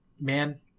man